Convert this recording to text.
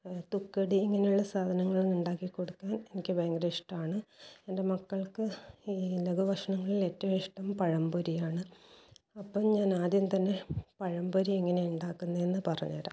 തുക്കടി ഇങ്ങനെയുള്ള സാധനങ്ങൾ ഉണ്ടാക്കി കൊടുക്കാൻ എനിക്ക് ഭയങ്കര ഇഷ്ടമാണ് എൻ്റെ മക്കൾക്ക് ഈ ലഘുഭക്ഷണങ്ങളിൽ ഏറ്റവും ഇഷ്ടം പഴംപൊരിയാണ് അപ്പം ഞാൻ ആദ്യം തന്നെ പഴംപൊരി എങ്ങനെയാണ് ഉണ്ടാക്കുന്നതെന്ന് പറഞ്ഞു തരാം